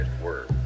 word